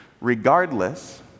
Regardless